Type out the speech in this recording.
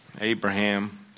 Abraham